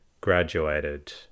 graduated